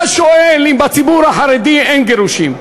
אתה שואל אם בציבור החרדי אין גירושים,